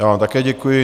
Já vám také děkuji.